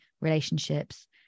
relationships